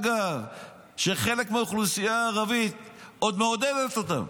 כשחלק מהאוכלוסייה הערבית עוד מעודדת אותם?